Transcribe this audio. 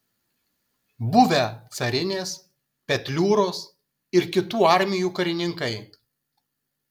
buvę carinės petliūros ir kitų armijų karininkai